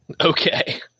Okay